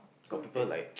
so we text ah